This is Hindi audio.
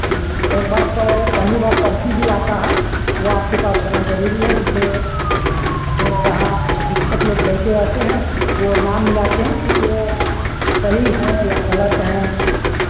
जी तो एक बार पहली बार पर्ची भी आता है वह आपके पास होना ज़रूरी है जिसे जो वहाँ अधीक्षक लोग बैठे रहते हैं वह नाम मिलाते है कि सही है या गलत हैं